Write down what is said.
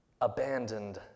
Abandoned